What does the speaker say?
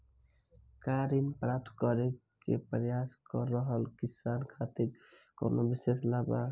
का ऋण प्राप्त करे के प्रयास कर रहल किसान खातिर कउनो विशेष लाभ बा?